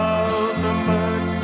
ultimate